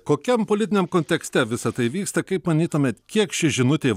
kokiam politiniam kontekste visa tai vyksta kaip manytumėt kiek ši žinutė